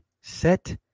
Set